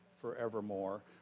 forevermore